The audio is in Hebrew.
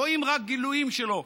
רואים רק גילויים שלו,